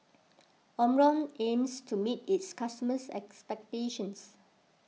Omron aims to meet its customers' expectations